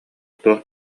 туох